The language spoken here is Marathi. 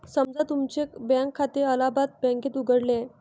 समजा तुमचे बँक खाते अलाहाबाद बँकेत उघडले आहे